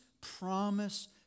promise